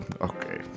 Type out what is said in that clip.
Okay